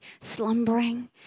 slumbering